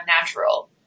natural